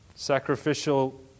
Sacrificial